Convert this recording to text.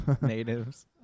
natives